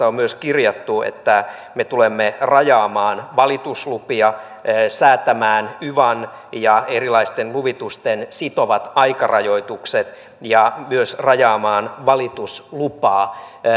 on hallitusohjelmaan myös kirjattu että me tulemme rajaamaan valituslupia säätämään yvan ja erilaisten luvitusten sitovat aikarajoitukset ja myös rajaamaan valituslupaa